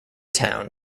town